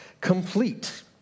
complete